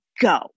go